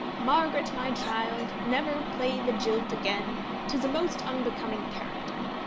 margaret, my child, never play the jilt again tis a most unbecoming character.